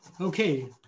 Okay